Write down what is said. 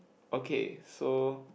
okay so